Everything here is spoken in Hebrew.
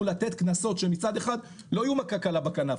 לתת כנסות שמצד אחד לא יהיו מכה קלה בכנף,